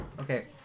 Okay